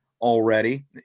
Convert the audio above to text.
already